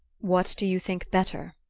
what do you think better?